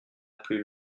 plus